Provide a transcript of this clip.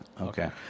Okay